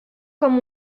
comme